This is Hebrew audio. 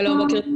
שלום.